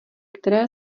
které